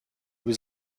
was